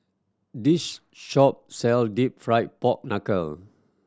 this shop sell Deep Fried Pork Knuckle